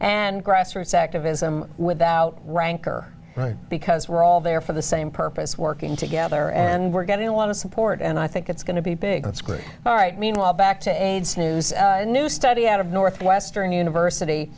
and grassroots activism without rancor because we're all there for the same purpose working together and we're getting a lot of support and i think it's going to be big it's great all right meanwhile back to aids news new study out of northwestern university